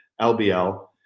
LBL